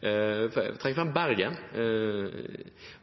trekke fram et eksempel.